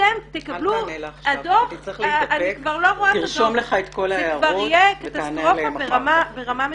זאת כבר תהיה קטסטרופה ברמה מטורפת.